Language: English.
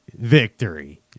victory